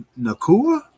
Nakua